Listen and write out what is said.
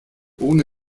ohne